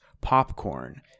popcorn